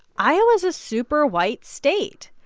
iowa is a super white state,